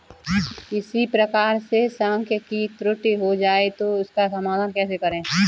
किसी प्रकार से सांख्यिकी त्रुटि हो जाए तो उसका समाधान कैसे करें?